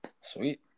Sweet